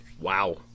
Wow